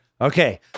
Okay